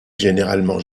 généralement